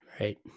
Right